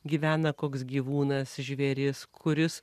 gyvena koks gyvūnas žvėris kuris